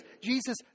Jesus